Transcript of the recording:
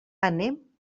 anem